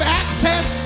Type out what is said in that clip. access